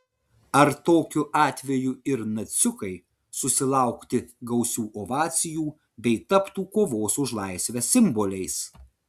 ar tokiu atveju ir naciukai susilaukti gausių ovacijų bei taptų kovos už laisvę simboliais